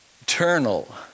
eternal